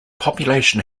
population